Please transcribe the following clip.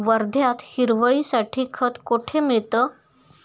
वर्ध्यात हिरवळीसाठी खत कोठे मिळतं?